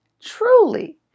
truly